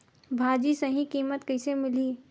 भाजी सही कीमत कइसे मिलही?